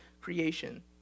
creation